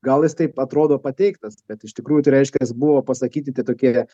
gal jis taip atrodo pateiktas bet iš tikrųjų tai reiškias buvo pasakyti tie tokie